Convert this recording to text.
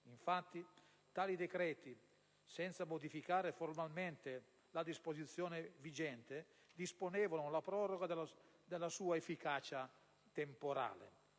Infatti, tali decreti, senza modificare formalmente la disposizione vigente, disponevano la proroga della sua efficacia temporale.